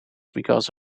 because